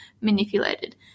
manipulated